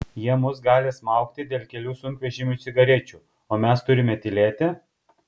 jie mus gali smaugti dėl kelių sunkvežimių cigarečių o mes turime tylėti